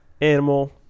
animal